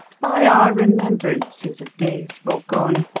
by our remembrances of days foregone,